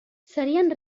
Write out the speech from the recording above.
serien